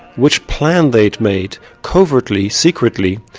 which plan they'd made, covertly, secretly,